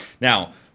Now